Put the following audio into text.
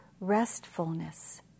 restfulness